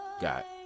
Got